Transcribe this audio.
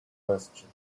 question